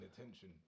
attention